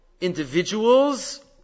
individuals